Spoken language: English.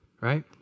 right